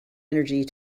energy